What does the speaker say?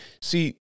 see